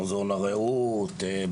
מוזיאון הרעות,